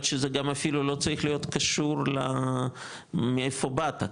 שזה גם אפילו לא צריך להיות קשור למאיפה באת,